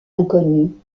inconnue